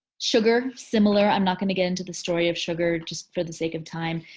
sugar, similar. i'm not gonna get into the story of sugar just for the sake of time.